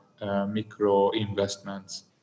micro-investments